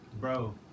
bro